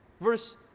Verse